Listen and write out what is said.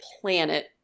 planet